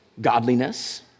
godliness